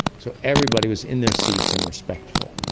so everybody was in their seats and respectful